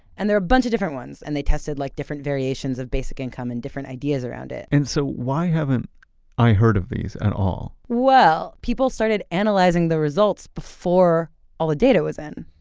and there were a bunch of different ones. and they tested, like, different variations of basic income and different ideas around it and so why haven't i heard of these at all? well, people started analyzing the results before all the data was in.